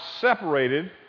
separated